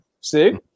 See